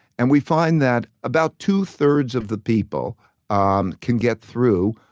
and we find that about two-thirds of the people um can get through,